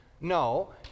No